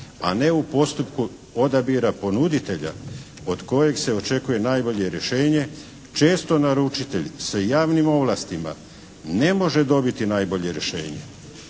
a ne u postupku odabira ponuditelja od kojeg se očekuje najbolje rješenje često naručite sa javnim ovlastima ne može dobiti najbolje rješenje.